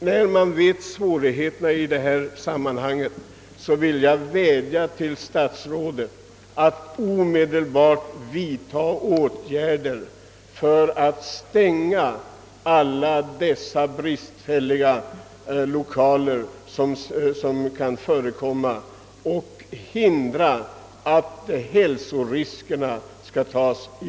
Vi vet alltså om svårigheterna i detta sammanhang, och jag vill därför vädja till statsrådet att omedelbart vidta åtgärder för att stänga alla de bristfälliga lokaler som kan förekomma och därigenom motverka hälsoriskerna.